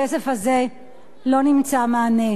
הכסף הזה לא נותן מענה.